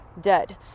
dead